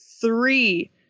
three